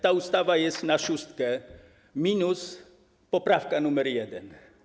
Ta ustawa jest na szóstkę, minus poprawka nr 1.